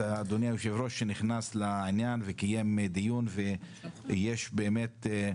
אדוני היו"ר שנכנס לעניין וקיים דיון ויש באמת,